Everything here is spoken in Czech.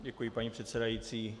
Děkuji, paní předsedající.